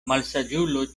malsaĝulo